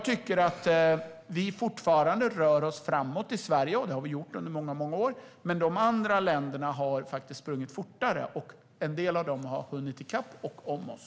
Vi rör oss fortfarande framåt i Sverige, och det har vi gjort under många år. Men de andra länderna har sprungit fortare och en del av dem har hunnit i kapp och om oss.